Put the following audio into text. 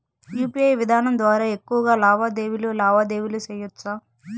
UPI విధానం ద్వారా ఎక్కువగా లావాదేవీలు లావాదేవీలు సేయొచ్చా?